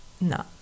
no